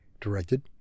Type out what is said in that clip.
Directed